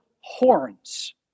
horns